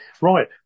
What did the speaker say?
right